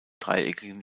dreieckigen